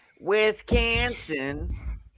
wisconsin